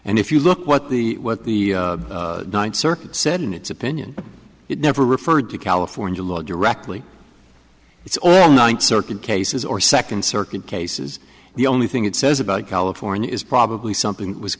and if you look what the what the ninth circuit said in its opinion it never referred to california law directly it's all ninth circuit cases or second circuit cases the only thing it says about california is probably something